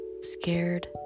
scared